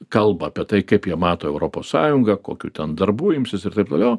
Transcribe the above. kalba apie tai kaip jie mato europos sąjungą kokių ten darbų imsis ir taip toliau